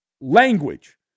language